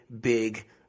big